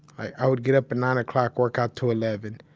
i would get up at nine o'clock, work out to eleven.